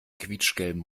quietschgelben